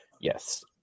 Yes